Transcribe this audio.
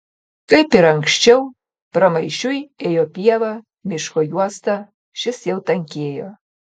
kaip ir anksčiau pramaišiui ėjo pieva miško juosta šis jau tankėjo